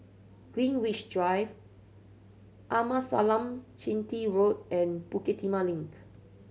Greenwich Drive Amasalam Chetty Road and Bukit Timah Link